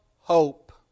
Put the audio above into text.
hope